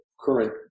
current